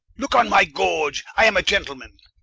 looke on my george, i am a gentleman,